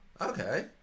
Okay